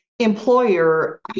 employer